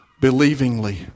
believingly